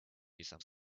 yourself